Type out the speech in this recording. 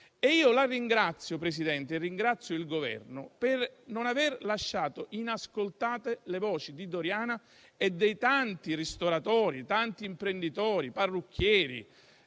mia attività? Presidente, ringrazio lei e il Governo per non aver lasciato inascoltate le voci di Doriana e dei tanti ristoratori, imprenditori e parrucchieri